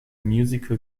musical